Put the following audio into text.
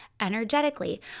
energetically